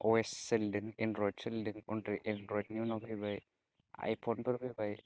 अएस सोलिदों एन्ड्रयट सोनदों एन्ड्रयटनि उनाव फैबाय आइ फनफोर फैबाय